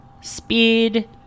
speed